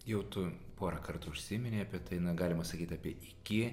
jau tu porą kartų užsiminei apie tai galima sakyt apie iki